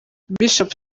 bishop